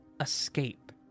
escape